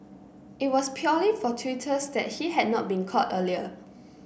it was purely fortuitous that he had not been caught earlier